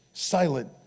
silent